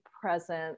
present